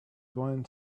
going